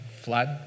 flood